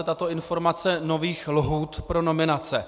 Tato informace se týká nových lhůt pro nominace.